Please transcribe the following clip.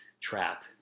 trap